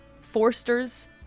Forsters